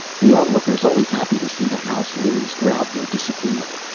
the onlookers, always happy to see the house lose, growled their disagreement.